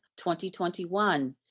2021